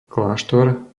kláštor